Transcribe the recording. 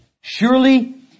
Surely